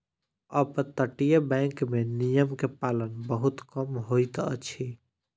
अपतटीय बैंक में नियम के पालन बहुत कम होइत अछि